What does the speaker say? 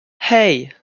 hey